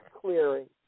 clearing